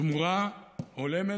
תמורה הולמת,